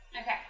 Okay